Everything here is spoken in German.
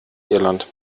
irland